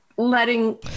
letting